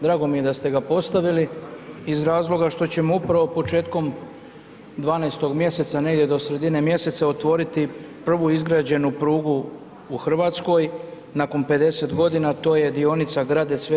Drago mi je da ste ga postavili iz razloga što ćemo upravo početkom 12.mj negdje do sredine mjeseca otvoriti prvu izgrađenu prugu u Hrvatskoj nakon 50 godina a to je dionica Gradec-Sv.